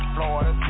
Florida